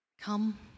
come